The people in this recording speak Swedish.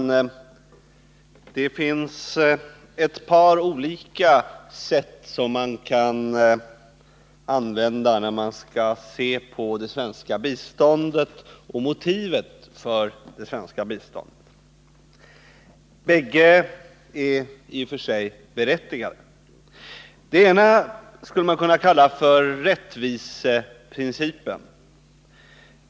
Det finns ett par olika sätt som man kan använda när man skall se på det svenska biståndet och motivet för det svenska biståndet. Bägge är i och för sig berättigade. Det ena sättet skulle man kunna kalla för tillämpning av rättviseprincipen.